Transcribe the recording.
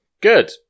good